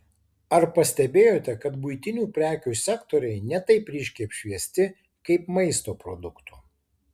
ar pastebėjote kad buitinių prekių sektoriai ne taip ryškiai apšviesti kaip maisto produktų